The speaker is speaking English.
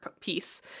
piece